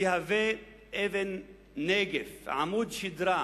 תהווה אבן דרך, עמוד שדרה,